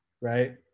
right